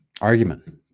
argument